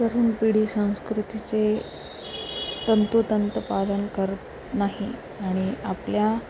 तरूण पिढी संस्कृतीचे तंतोतंत पालन करत नाही आणि आपल्या